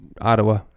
Ottawa